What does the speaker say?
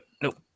Nope